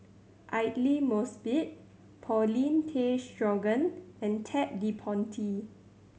Aidli Mosbit Paulin Tay Straughan and Ted De Ponti